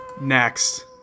Next